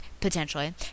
Potentially